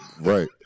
Right